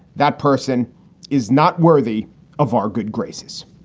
that person is not worthy of our good graces.